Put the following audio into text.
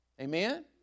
Amen